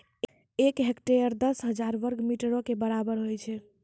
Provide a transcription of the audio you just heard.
एक हेक्टेयर, दस हजार वर्ग मीटरो के बराबर होय छै